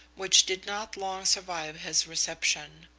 which did not long survive his reception.